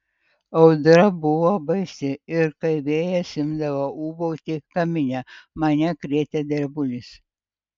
audra buvo baisi ir kai vėjas imdavo ūbauti kamine mane krėtė drebulys